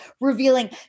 revealing